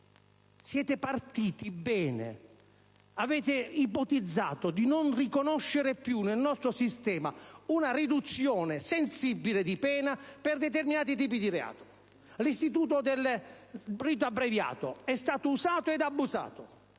Siete partiti bene. Avete ipotizzato di non riconoscere più nel nostro sistema una sensibile riduzione di pena per determinati tipi di reato. L'istituto del rito abbreviato è stato usato ed abusato